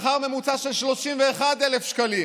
בשכר ממוצע של 31,000 שקלים?